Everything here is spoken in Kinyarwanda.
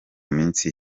minsi